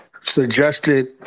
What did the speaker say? suggested